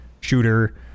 shooter